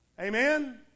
Amen